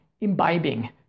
imbibing